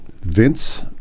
Vince